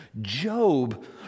Job